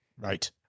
Right